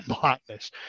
blackness